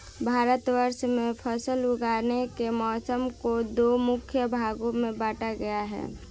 भारतवर्ष में फसल उगाने के मौसम को दो मुख्य भागों में बांटा गया है